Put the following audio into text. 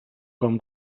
com